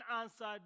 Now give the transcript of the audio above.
answered